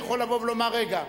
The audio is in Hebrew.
יכול לבוא ולומר: רגע,